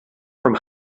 from